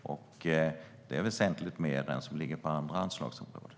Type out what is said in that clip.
Det är väsentligt mer än vad som ligger på andra anslagsområden.